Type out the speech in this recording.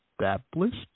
established